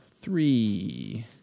three